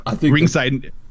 Ringside